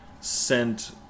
sent